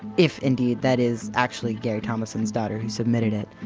if indeed that is actually gary thomasson's daughter who submitted it.